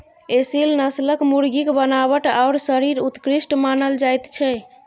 एसील नस्लक मुर्गीक बनावट आओर शरीर उत्कृष्ट मानल जाइत छै